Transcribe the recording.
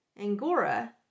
Angora